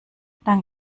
dank